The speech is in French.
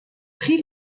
pris